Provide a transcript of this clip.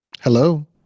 Hello